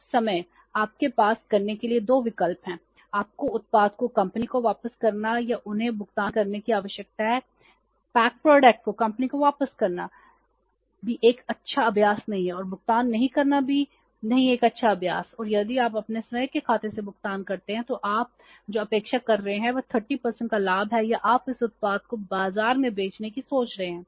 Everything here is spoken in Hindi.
उस समय आपके पास करने के लिए 2 विकल्प हैं आपको उत्पाद को कंपनी को वापस करने या उन्हें भुगतान करने की आवश्यकता है पैक उत्पाद को कंपनी को वापस करना भी एक अच्छा अभ्यास नहीं है और भुगतान नहीं करना भी नहीं है एक अच्छा अभ्यास और यदि आप अपने स्वयं के खाते से भुगतान करते हैं तो आप जो अपेक्षा कर रहे हैं वह 30 का लाभ है या आप इस उत्पाद को बाजार में बेचने की सोच रहे हैं